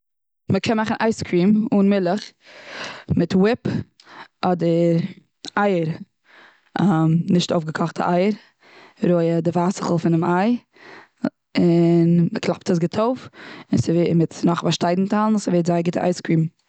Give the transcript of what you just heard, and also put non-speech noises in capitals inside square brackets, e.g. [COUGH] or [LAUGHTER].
מ'קען מאכן אייז קרים אן מילך מיט וויפ, אדער אייער, [HESITATION] נישט אויפגעקאכטע אייער רויע, די ווייסלעכל פונעם איי און מ'קלאפט עס גוט, אויס און [UNINTELLIGIBLE] מיט נאך באשטאנדטיילן און ס'ווערט זייער גוטע אייז קרים.